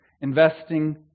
investing